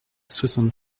soixante